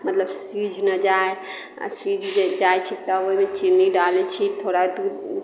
मतलब सीझ नहि जाइ सीझ जे जाइत छै तब ओहिमे चीनी डालैत छी थोड़ा दूध